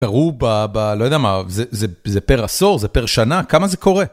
ראו, לא יודע מה, זה פר עשור, זה פר שנה, כמה זה קורה?